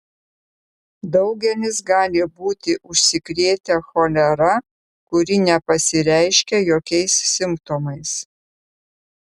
daugelis gali būti užsikrėtę cholera kuri nepasireiškia jokiais simptomais